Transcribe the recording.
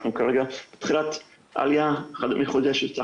אנחנו כרגע בתחילת עלייה מחודשת של התחלואה.